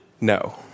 No